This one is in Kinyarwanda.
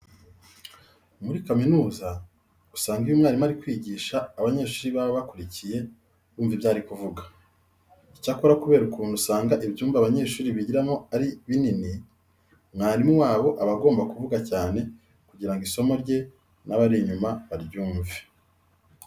Muri kaminuza usanga iyo umwarimu ari kwigisha abanyeshuri baba bakurikiye bumva ibyo ari kuvuga. Icyakora kubera ukuntu usanga ibyumba abanyeshuri bigiramo biba ari binini, umwarimu wabo aba agomba kuvuga cyane kugira ngo isomo rye n'abari inyuma baryumve.